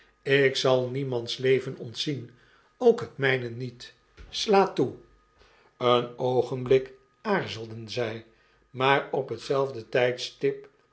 ik zal niemands leven ontzien ook het myne niet slaat toe een oogenblik aarzelden zy maar op hetzelfde tydstip